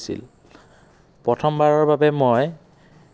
মোৰ আপোনালোকৰ ধাবাৰ খাদ্যৰ তালিকাখন পছন্দ হৈছে